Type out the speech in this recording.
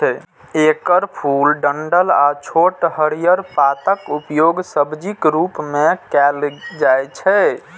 एकर फूल, डंठल आ छोट हरियर पातक उपयोग सब्जीक रूप मे कैल जाइ छै